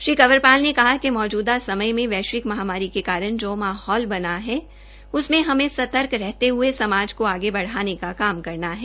श्री कंवरपाल ने कहा कि मौजूदा समय में वैश्विक महामारी के कारण जो माहौल बना है उसमें हमें सतर्क रहते हये समाज को आगे बढ़ाने का काम करना है